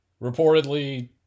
reportedly